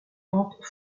rampes